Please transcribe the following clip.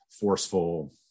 forceful